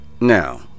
Now